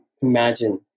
imagine